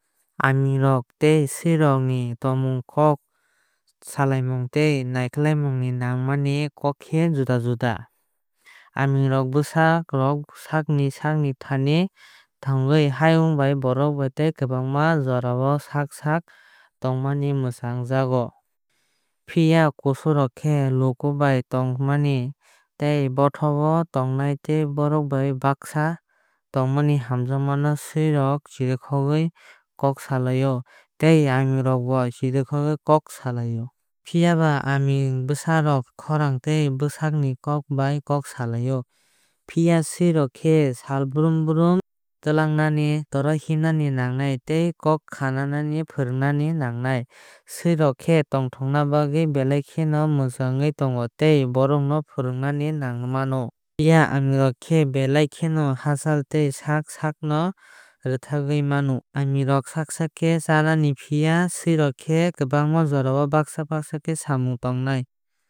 Aaming tei sui rok ni tongmung kok salaimung tei naikolmani nangmani kok khe juda juda. Aaming bwsa rok sak sakni thani tongnai hayungni borok tei kwbangma jorao sak sak tongnani muchung jago. Phiya kusurok khe luku bai tongnai tei bothop o tongnai tei borok bai baksa tongnani hamjago. Sui rok chirikhogwi kok salaio tei aaming rok bo chirikhogwi kok salaio. Phiyaba aaming bwsa rok khorang tei bwsakni kok bai kok salaio. Phiya sui rok no khe sal brum brum twilangnai phataro himna nangnai tei kok khnamani phwrwngmung nangnai. Sui rok khe tongthokna bagwi belai kheno muchungwi tongo tei bhorkno fwrungna nangwi mano. Phiya aaming rok khe belai kheno hachal tei sak sakno rwktharwi mano. Aaming rok sak sak khe chanai phiya sui rok khe kwbangma jora baksa khe samung tangnai.